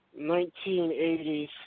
1980s